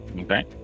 Okay